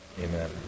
Amen